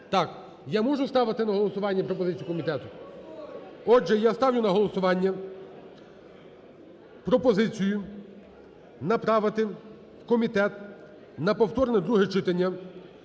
Так. Я можу ставити на голосування пропозицію комітету? Отже, я ставлю на голосування пропозицію направити в комітет на повторне друге читання